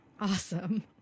Awesome